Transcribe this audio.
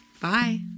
Bye